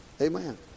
Amen